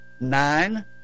nine